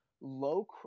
low